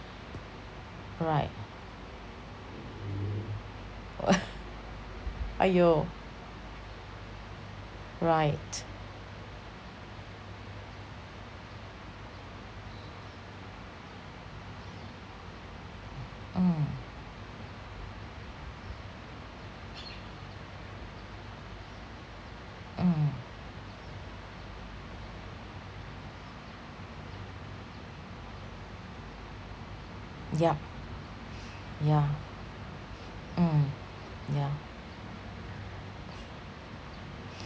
right !aiyo! right mm mm yup yeah mm yeah